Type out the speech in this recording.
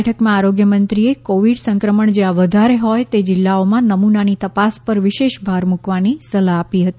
બેઠકમાં આરોગ્યમંત્રીએ કોવિડ સંક્રમણ જ્યાં વધારે હોય તે જીલ્લાઓમાં નમૂનાની તપાસ પર વિશેષ ભાર મૂકવાની સલાહ આપી હતી